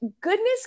goodness